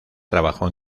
trabajó